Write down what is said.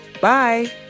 Bye